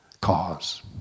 cause